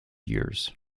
years